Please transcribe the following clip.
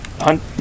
hunt